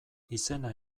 izena